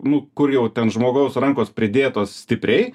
nu kur jau ten žmogaus rankos pridėtos stipriai